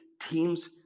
teams